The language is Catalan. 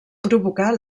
provocar